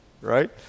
right